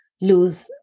lose